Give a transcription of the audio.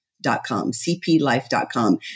cplife.com